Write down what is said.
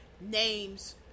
names